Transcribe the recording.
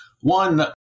one